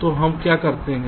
तो हम क्या करते हैं